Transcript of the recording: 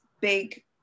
big